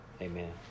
amen